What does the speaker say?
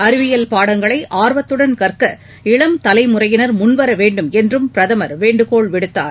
அறிவியல் பாடங்களை ஆர்வத்துடன் கற்க இளம் தலைமுறையினர் முன்வரவேண்டும் என்றும் பிரதமர் வேண்டுகோள் விடுத்தார்